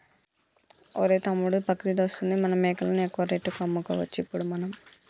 ఒరేయ్ తమ్ముడు బక్రీద్ వస్తుంది మన మేకలను ఎక్కువ రేటుకి అమ్ముకోవచ్చు ఇప్పుడు మనము